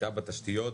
"השקעה בתשתיות",